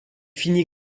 finit